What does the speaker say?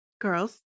girls